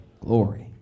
Glory